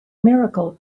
miracle